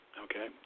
Okay